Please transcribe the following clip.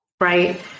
right